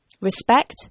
Respect